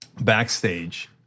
backstage